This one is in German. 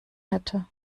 hätte